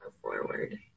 forward